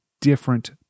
different